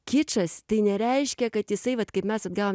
kičas tai nereiškia kad jisai vat kaip mes atgavom